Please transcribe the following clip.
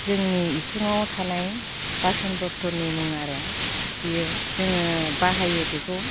जोंनि इसुङाव थानाय बासन बर्थननि मुं आरो बियो जोङो बाहायो बिखौ